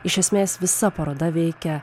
iš esmės visa paroda veikia